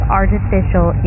artificial